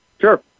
Sure